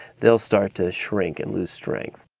they'll start to shrink and lose strength.